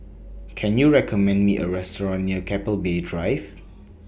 Can YOU recommend Me A Restaurant near Keppel Bay Drive